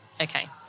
Okay